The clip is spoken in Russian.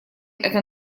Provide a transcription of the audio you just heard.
это